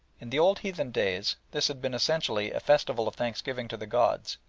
in the old heathen days this had been essentially a festival of thanksgiving to the gods,